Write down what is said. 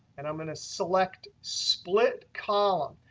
and i'm going to select split column.